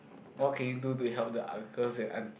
what can you do to help the uncles and aunties